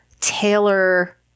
Taylor